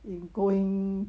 in going